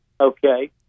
Okay